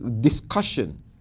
discussion